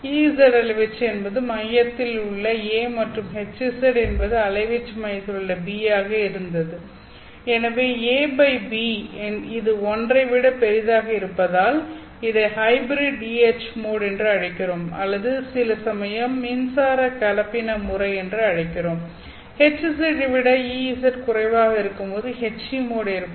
Ez அலைவீச்சு என்பது மையத்தில் உள்ள A மற்றும் Hz என்பது அலைவீச்சு மையத்தில் உள்ள B ஆக இருந்தது எனவே A B இது ஒன்றை விட பெரிதாக இருந்தால் இதை ஹைப்ரிட் EH மோட் என்று அழைக்கிறோம் அல்லது சில சமயம் மின்சார கலப்பின முறை என்று அழைக்கிறோம் Hz ஐ விட Ez குறைவாக இருக்கும்போது HE மோட் ஏற்படும்